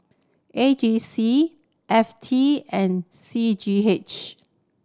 A G C F T and C G H